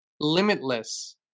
limitless